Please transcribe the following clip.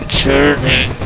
journey